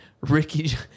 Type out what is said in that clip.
Ricky